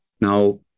Now